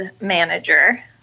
manager